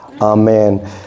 Amen